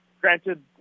granted